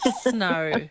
Snow